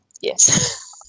yes